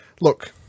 Look